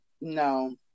no